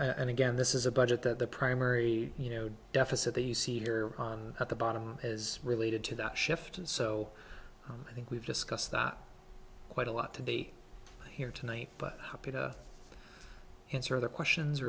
and again this is a budget that the primary you know deficit the cedar at the bottom is related to that shift and so i think we've discussed that quite a lot to be here tonight but happy to answer the questions